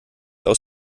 aus